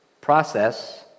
Process